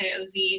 OZ